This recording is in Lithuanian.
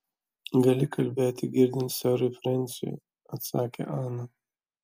gali kalbėti girdint serui frensiui atsakė ana